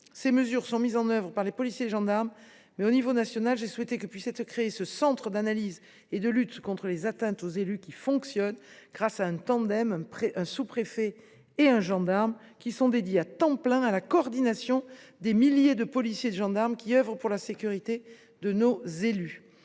Ces mesures sont mises en œuvre par les policiers et les gendarmes, mais, au niveau national, j’ai souhaité que puisse être créé un centre d’analyse et de lutte contre les atteintes aux élus, qui fonctionne grâce à un tandem constitué d’un sous préfet et d’un gendarme, se consacrant à temps plein à la coordination des milliers de policiers et gendarmes œuvrant pour la sécurité de nos élus.